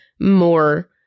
more